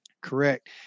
Correct